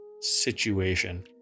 situation